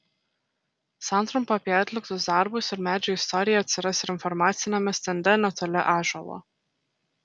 santrumpa apie atliktus darbus ir medžio istoriją atsiras ir informaciniame stende netoli ąžuolo